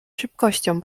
szybkością